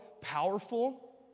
powerful